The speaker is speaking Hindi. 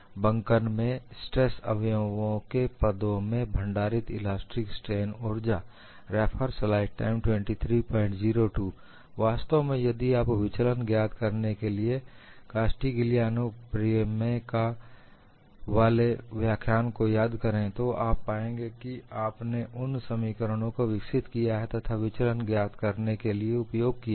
बंकन में स्ट्रेस अवयवोें के पदों में भंडारित इलास्टिक स्ट्रेन ऊर्जा Elastic strain energy stored in terms of stress components - in bending वास्तव में यदि आप विचलन ज्ञात करने के लिए कास्टिग्लियानो प्रमेय Castigliano's theorem वाले व्याख्यान को याद करें तो आप पाएंगे कि आपने उन समीकरणों को विकसित किया है तथा विचलन ज्ञात करने के लिए उपयोग किया है